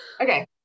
Okay